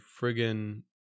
friggin